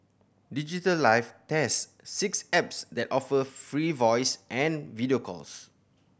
Digital Life test six apps that offer free voice and video calls